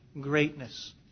greatness